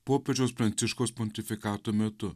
popiežiaus pranciškaus pontifikato metu